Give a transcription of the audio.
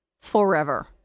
forever